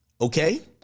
Okay